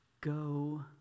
Go